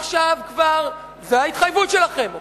זאת ההתחייבות שלכם,